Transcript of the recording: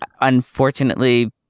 unfortunately